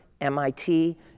mit